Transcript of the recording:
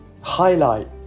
highlight